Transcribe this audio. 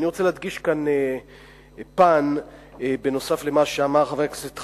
אני רוצה להדגיש כאן פן נוסף על מה שאמר חבר הכנסת חנין.